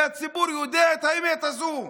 והציבור יודע את האמת הזאת.